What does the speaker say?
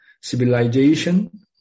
civilization